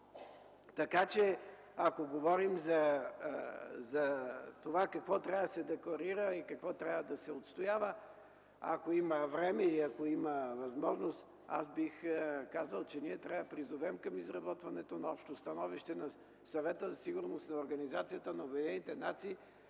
решение. Ако говорим за това, какво трябва да се декларира и какво трябва да се отстоява, ако има време и възможност, аз бих казал, че трябва да призовем към изработването на общо становище на Съвета за сигурност на